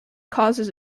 causes